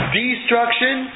destruction